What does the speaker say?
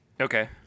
Okay